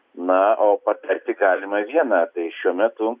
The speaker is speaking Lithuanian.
na o patarti galima viena tai šiuo metu